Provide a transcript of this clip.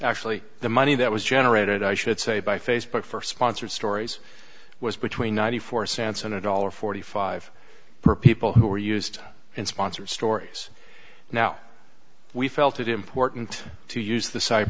actually the money that was generated i should say by facebook for sponsored stories was between ninety four cents on a dollar forty five for people who are used in sponsor stories now we felt it important to use the